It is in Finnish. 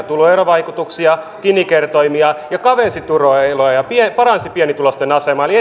tuloerovaikutuksia gini kertoimia ja kavensi tuloeroja paransi pienituloisten asemaa eli